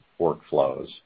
workflows